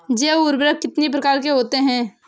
जैव उर्वरक कितनी प्रकार के होते हैं?